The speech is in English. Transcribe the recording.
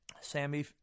Sammy